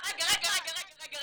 רגע רגע,